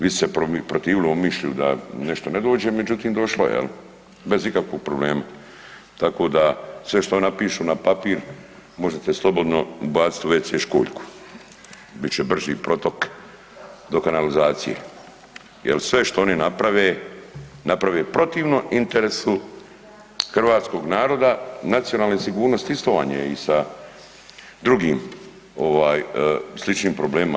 Vi se protivili Omišlju da nešto ne dođe, međutim došlo je, bez ikakvog problema, tako da sve što oni napišu na papir možete slobodno baciti u WC školjku, bit će brži protok do kanalizacije, jer sve što oni naprave, naprave protivno interesu hrvatskog naroda, nacionalnoj sigurnosti, isto vam je i sa drugim sličnim problemima.